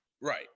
Right